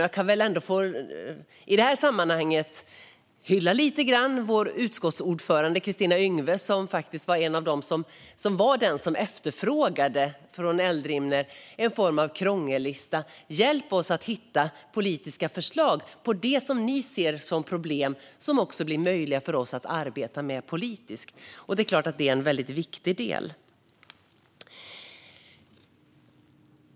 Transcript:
Jag kan väl ändå i detta sammanhang få hylla vår utskottsordförande Kristina Yngwe lite grann, som var den som efterfrågade en form av krångellista från Eldrimner: Hjälp oss att hitta politiska förslag om det som ni ser som problem och som blir möjligt för oss att arbeta med politiskt! Det är klart att det är en väldigt viktig del.